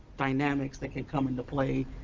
dynamics that can come into play